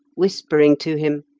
whispering to him,